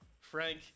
Frank